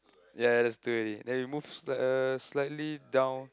yea yea let's do it already then we move uh slightly down